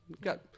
Got